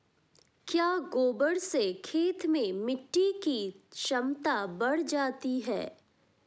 क्या गोबर से खेत में मिटी की क्षमता बढ़ जाती है?